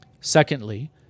Secondly